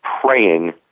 praying